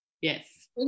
Yes